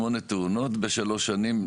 אחת לשנתיים,